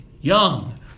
young